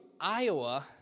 Iowa